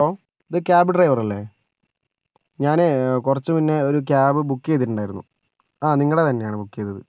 hello ഇത് cab ഡ്രൈവറല്ലേ ഞാനേ കുറച്ച് മുൻപേ ഒരു കേബ് ബുക്ക് ചെയ്തിട്ടുണ്ടായിരുന്നു ആ നിങ്ങളുടെ തന്നെയാണ് ബുക്ക് ചെയ്തത്